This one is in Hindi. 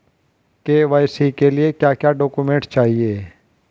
के.वाई.सी के लिए क्या क्या डॉक्यूमेंट चाहिए?